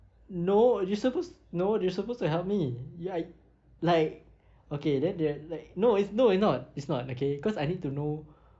no they're supposed no they're supposed to help me ya like okay then they're like no it no it's not it's not okay cause I need to know